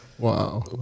Wow